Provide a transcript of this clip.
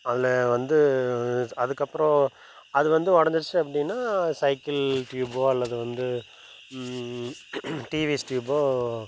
அதில் வந்து இஸ் அதுக்கப்புறம் அது வந்து உடஞ்சிடுச்சி அப்படின்னா சைக்கிள் ட்யூபோ அல்லது வந்து டிவிஎஸ் டியூபோ